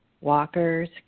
walkers